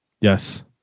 Yes